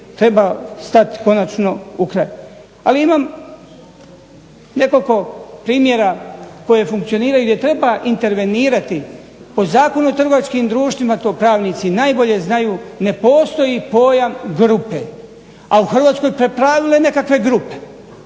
treba stati konačno u kraj. Ali, imam nekoliko primjera koji funkcioniraju i gdje treba intervenirati. Po Zakonu o trgovačkim društvima, to pravnici najbolje znaju, ne postoji pojam grupe. A u Hrvatskoj preplavile nekakve grupe.